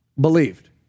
Believed